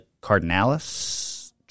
cardinalis